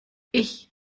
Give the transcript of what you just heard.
ich